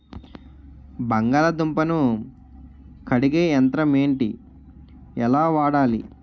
బంగాళదుంప ను కడిగే యంత్రం ఏంటి? ఎలా వాడాలి?